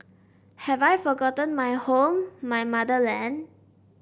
have I forgotten my home my motherland